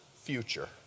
future